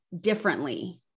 differently